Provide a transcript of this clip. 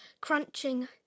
crunching